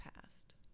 past